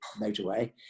motorway